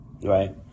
right